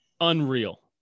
unreal